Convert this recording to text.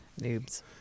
noobs